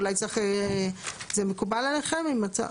אולי צריך, זה מקובל עליכם עם הצו?